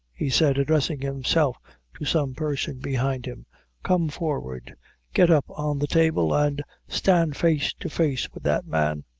he said, addressing himself to some person behind him come forward get up on the table, and stand face to face with that man.